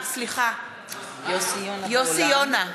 (קוראת בשמות חברי הכנסת) יוסי יונה,